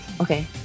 okay